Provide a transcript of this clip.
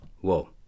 whoa